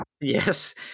Yes